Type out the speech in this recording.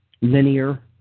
linear